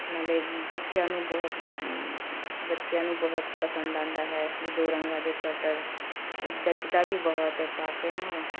ਨਾਲੇ ਬੱਚਿਆਂ ਨੂੰ ਬਹੁਤ ਬੱਚਿਆਂ ਨੂੰ ਬਹੁਤ ਪਸੰਦ ਆਉਂਦਾ ਹੈ ਵੀ ਦੋ ਰੰਗਾਂ ਦੇ ਸਵੈਟਰ ਜੱਚਦਾ ਵੀ ਬਹੁਤ ਹੈ ਪਾ ਕੇ ਨਾ ਉਹ